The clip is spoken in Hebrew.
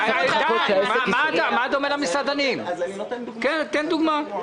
אני נותן דוגמה.